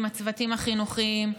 עם הצוותים החינוכיים,